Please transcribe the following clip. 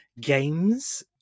games